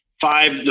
five